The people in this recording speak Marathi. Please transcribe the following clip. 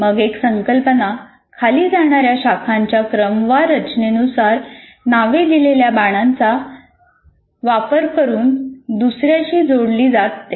मग एक संकल्पना खाली जाणाऱ्या शाखांच्या क्रमवार रचनेनुसार नावे दिलेल्या बाणांचा वापर करून दुसर्याशी जोडली जाते